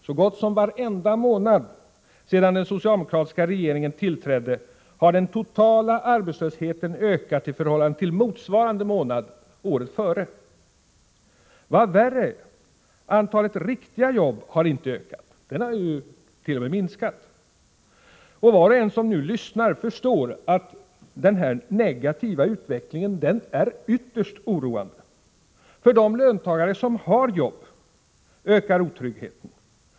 Så gott som varenda månad sedan den socialdemokratiska regeringen tillträdde har den totala arbetslösheten ökat i förhållande till motsvarande månad året före. Vad värre är: Antalet riktiga jobb har inte ökat utan t.o.m. minskat. Var och en som nu lyssnar förstår att denna negativa utveckling är ytterst oroande. För de löntagare som har jobb ökar otryggheten.